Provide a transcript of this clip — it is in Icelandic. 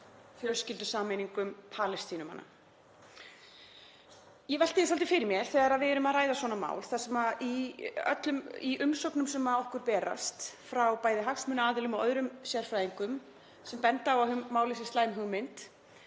fjölskyldusameiningum Palestínumanna. Ég velti því svolítið fyrir mér þegar við erum að ræða svona mál, þar sem í umsögnum sem okkur berast frá bæði hagsmunaaðilum og öðrum sérfræðingum er bent á að málið sé slæm hugmynd,